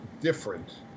different